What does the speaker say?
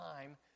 time